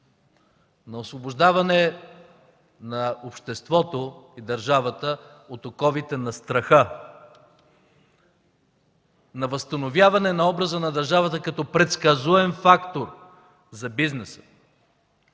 на освобождаване на обществото и държавата от оковите на страха, на възстановяване на образа на държавата като предсказуем фактор за бизнеса,